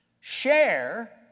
Share